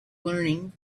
learning